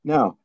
Now